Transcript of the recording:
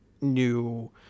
new